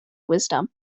wisdom